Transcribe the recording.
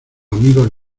amigos